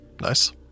Nice